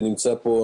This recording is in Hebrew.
שנמצא פה,